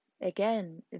again